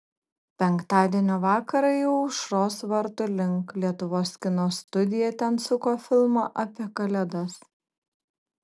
penktadienio vakarą ėjau aušros vartų link lietuvos kino studija ten suko filmą apie kalėdas